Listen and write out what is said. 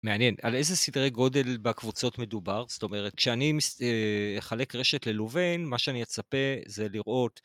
מעניין, על איזה סדרי גודל בקבוצות מדובר? זאת אומרת, כשאני אחלק רשת ללווין, מה שאני אצפה זה לראות...